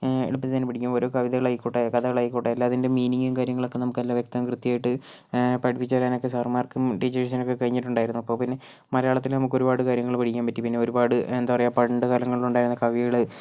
എളുപ്പം തന്നെ പഠിക്കാം ഓരോ കവിതകൾ ആയിക്കോട്ടെ കഥകൾ ആയിക്കോട്ടെ അതിൻ്റെ മീനിങ്ങും കാര്യങ്ങളും നമുക്ക് നല്ല വ്യക്തവും കൃത്യവുമായിട്ട് പഠിപ്പിച്ച് തരാൻ ഒക്കെ സാറന്മാർക്കും ടീച്ചേഴ്സിനും ഒക്കെ കഴിഞ്ഞിട്ടുണ്ടായിരുന്നു അപ്പോൾ പിന്നെ മലയാളത്തിൽ നമുക്ക് ഒരുപാട് കാര്യങ്ങൾ പഠിക്കാൻ പറ്റി പിന്നെ ഒരുപാട് എന്താ പറയുക പണ്ട് കാലങ്ങളിൽ ഉണ്ടായിരുന്ന കവികള്